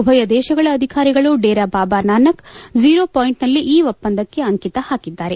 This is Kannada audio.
ಉಭಯ ದೇಶಗಳ ಅಧಿಕಾರಿಗಳು ಡೇರಾ ಬಾಬಾ ನಾನಕ್ ಜೀರೋ ಪಾಯಿಂಟ್ನಲ್ಲಿ ಈ ಒಪ್ಪಂದಕ್ಕೆ ಅಂಕಿತ ಹಾಕಿದ್ದಾರೆ